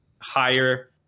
higher